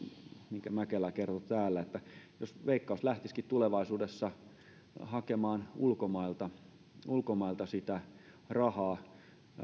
minkä mäkelä kertoi täällä jos veikkaus lähtisikin tulevaisuudessa hakemaan ulkomailta ulkomailta sitä rahaa